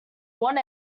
want